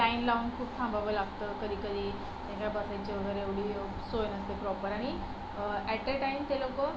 line लावून खूप थांबावं लागतं कधीकधी तिकडं बसायची वगैरे एवढी सोय नसते प्रॉपर आणि ॲट अ टाईम ते लोकं